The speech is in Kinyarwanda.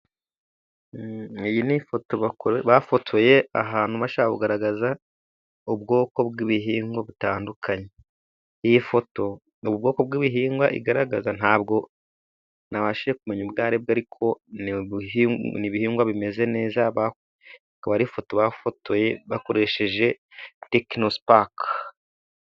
Iyi ni ifoto bafotoye ahantu bashaka kugaragaza ubwoko bw'ibihingwa butandukanye. Iyi foto ubwoko bw'ibihingwa igaragaza nta bwo nabashije kumenya ubwo ari bwo, ariko ibihingwa bimeze neza. Akaba ari ifoto bafotoye bakoresheje tekinosupaka.